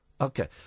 Okay